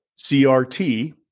CRT